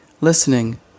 listening